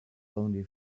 only